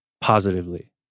positively